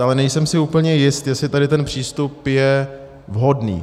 Ale nejsem si úplně jist, jestli tady ten přístup je vhodný.